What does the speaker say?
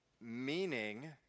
Meaning